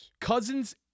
Cousins